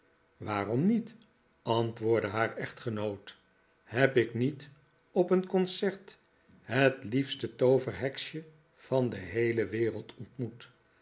waarom niet antwoordde haar echtgenoot heb ik niet op een concert het liefste tooverheksje van de heele wereld ontmoet